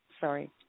Sorry